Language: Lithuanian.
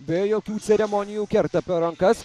be jokių ceremonijų kerta per rankas